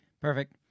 Perfect